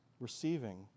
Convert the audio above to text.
receiving